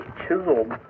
chiseled